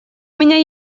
меня